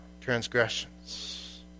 transgressions